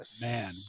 Man